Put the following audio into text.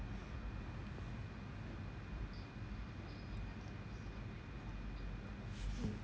mm